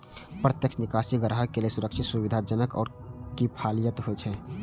प्रत्यक्ष निकासी ग्राहक लेल सुरक्षित, सुविधाजनक आ किफायती होइ छै